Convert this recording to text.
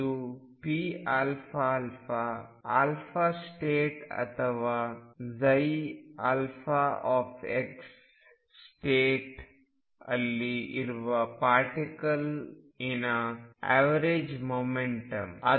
ಇದು pαα state ಅಥವಾ state ಅಲ್ಲಿ ಇರುವ ಪಾರ್ಟಿಕಲ್ಲಿನ ಎವರೇಜ್ ಮೊಮೆಂಟಮ್